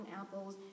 apples